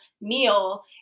meal